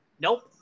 Nope